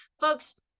folks